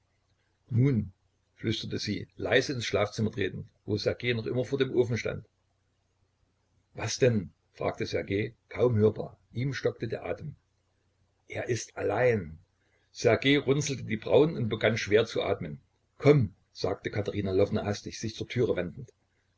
nun flüsterte sie leise ins schlafzimmer tretend wo ssergej noch immer vor dem ofen stand was denn fragte ssergej kaum hörbar ihm stockte der atem er ist allein ssergej runzelte die brauen und begann schwer zu atmen komm sagte katerina lwowna hastig sich zur türe wendend